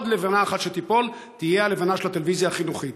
עוד לבֵנה אחת שתיפול תהיה הלבֵנה של הטלוויזיה החינוכית.